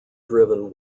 driven